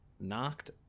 knocked